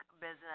business